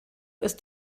ist